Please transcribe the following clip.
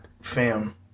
fam